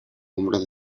hombros